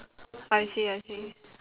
I see I see